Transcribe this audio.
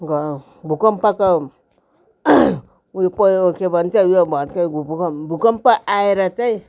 भुकम्पको उयो के भन्छ भुकम्प आएर चाहिँ